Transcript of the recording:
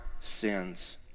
sins